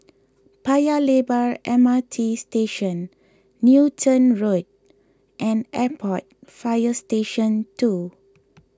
Paya Lebar M R T Station Newton Road and Airport Fire Station two